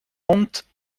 compte